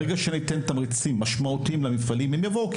ברגע שניתן תמריצים משמעותיים למפעלים הם יבואו.